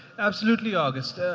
absolutely, august.